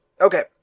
Okay